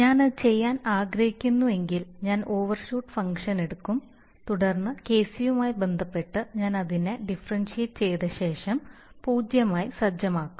ഞാൻ അത് ചെയ്യാൻ ആഗ്രഹിക്കുന്നുവെങ്കിൽ ഞാൻ ഓവർഷൂട്ട് ഫംഗ്ഷൻ എടുക്കും തുടർന്ന് Kcയുമായി ബന്ധപ്പെട്ട് ഞാൻ അതിനെ ഡിഫറെൻഷിയേറ്റ് ചെയ്തതിനുശേഷം പൂജ്യമായി സജ്ജമാക്കും